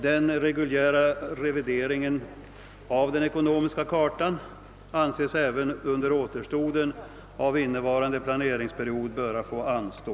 Den reguljära revideringen av den ekonomiska kartan anses även under återstoden av innevarande planeringsperiod böra få anstå.